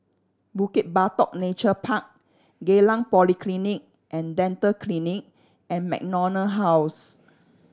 Bukit Batok Nature Park Geylang Polyclinic And Dental Clinic and MacDonald House